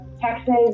Texas